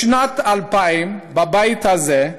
בשנת 2000, בבית הזה,